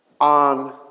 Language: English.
on